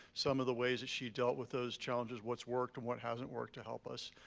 some of the ways she dealt with those challenges, what's worked and what hasn't worked to help us,